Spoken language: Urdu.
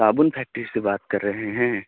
صابن فیکٹری سے بات کر رہے ہیں